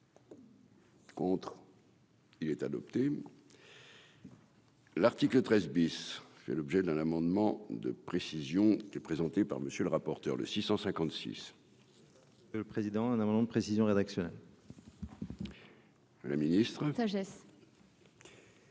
Contre. Il est adopté. L'article 13 bis ai l'objet d'un amendement de précision qui est présenté par monsieur le rapporteur, le 656. Le président, un amendement de précision rédactionnelle. Le ministre